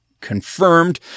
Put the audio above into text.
confirmed